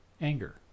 anger